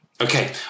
Okay